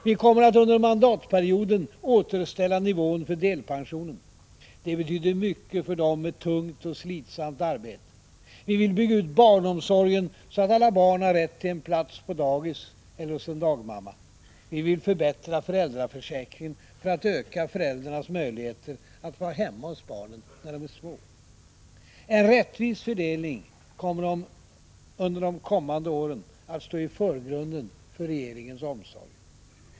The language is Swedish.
Vi kommer under mandatperioden att återställa nivån för delpensionen. Det betyder mycket för dem som har tungt och slitsamt arbete. Vi vill bygga ut barnomsorgen, så att alla barn har rätt till en plats på dagis eller hos en dagmamma. Vi vill förbättra föräldraförsäkringen, för att öka föräldrarnas möjligheter att vara hemma hos barnen när de är små. En rättvis fördelning kommer under de närmaste åren att stå i förgrunden för regeringens omsorger.